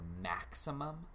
maximum